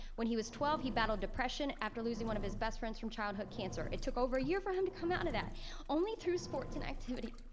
when he was twelve he battled depression after losing one of his best friends from childhood cancer. it took over a year for him to come out of that only through sports and activity.